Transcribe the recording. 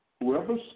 Whoever